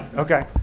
okay.